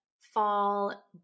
fall